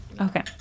okay